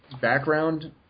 background